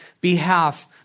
behalf